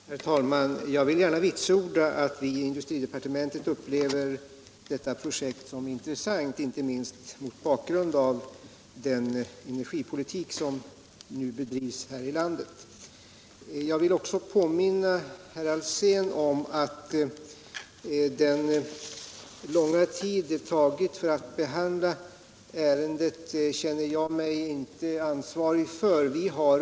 Herr talman! Jag vill gärna vitsorda att vi i departementet upplever detta projekt som intressant, inte minst mot bakgrund av den energipolitik som nu bedrivs här i landet. Jag vill också påminna herr Alsén om att jag inte känner mig ansvarig för att det tagit lång tid att behandla ärendet.